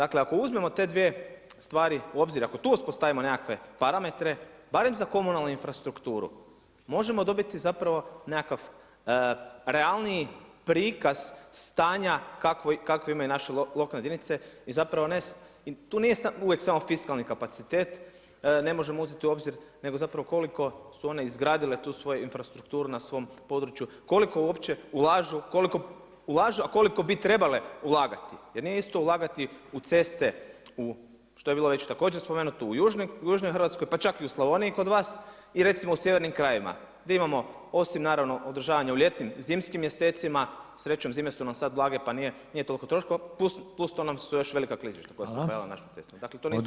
Ako uzmemo te svije stvari u obzir, ako tu uspostavimo nekakve parametre, barem za komunalnu infrastrukturu, možemo dobiti nekakav realniji prikaz stanja kakve imaju naše lokalne jedinice i zapravo tu nije uvijek samo fiskalni kapacitet, ne možemo uzeti u obzir nego zapravo koliko su one izgradile tu svoju infrastrukturu na svom području, koliko uopće ulažu a koliko bi trebale ulagati jer nije isto ulagati u ceste, što je bilo već također spomenuto južnoj Hrvatskoj pa čak i u Slavoniji kod vas i recimo u sjevernim krajevima gdje imamo osim naravno održavanja u ljetnim, zimskim mjesecima, srećom zime su nam sad blage pa nije toliko troškova plus što su nam još velika klizišta koja su se pojavila na našim cestama, dakle to nisu iste stvari.